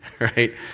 right